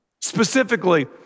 specifically